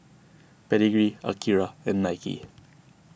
Pedigree Akira and Nike